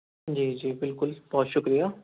جی جی بالکل بہت شکریہ